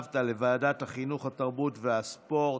לוועדת החינוך, התרבות והספורט.